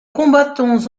combattants